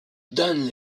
donnent